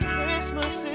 Christmas